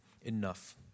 enough